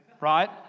right